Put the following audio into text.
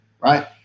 Right